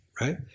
Right